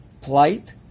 plight